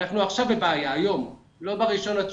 אנחנו עכשיו בבעיה, היום, לא ב-1.9.